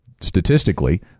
statistically